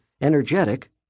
energetic